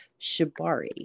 shibari